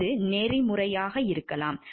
இது நெறிமுறையாக இருக்கலாம்